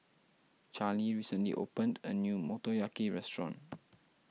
Charlie recently opened a new Motoyaki restaurant